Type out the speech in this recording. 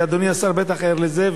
ואדוני השר בטח ער לזה,